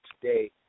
today